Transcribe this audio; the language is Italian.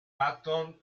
patton